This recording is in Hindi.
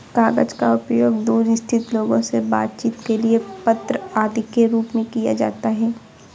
कागज का उपयोग दूर स्थित लोगों से बातचीत के लिए पत्र आदि के रूप में किया जाता है